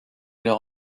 leur